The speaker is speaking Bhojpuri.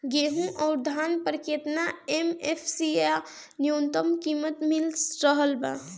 गेहूं अउर धान पर केतना एम.एफ.सी या न्यूनतम कीमत मिल रहल बा?